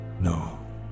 No